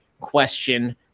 question